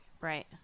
right